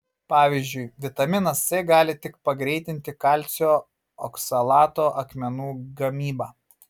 pavyzdžiui vitaminas c gali tik pagreitinti kalcio oksalato akmenų gamybą